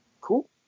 cool